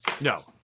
No